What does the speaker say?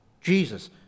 Jesus